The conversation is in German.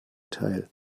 teil